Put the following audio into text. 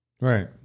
Right